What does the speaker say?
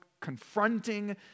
confronting